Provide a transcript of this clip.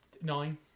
Nine